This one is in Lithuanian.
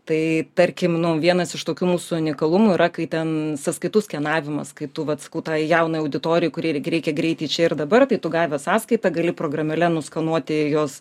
tai tarkim nu vienas iš tokių mūsų unikalumų yra kai ten sąskaitų skenavimas kai tu vat sakau tai jaunai auditorijai kuriai irgi reikia greitai čia ir dabar tai tu gavęs sąskaitą gali programėle nuskenuoti jos